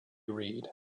reid